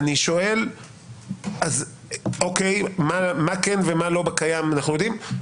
אז אוקיי, מה כן ומה לא בקיים אנחנו יודעים.